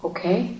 Okay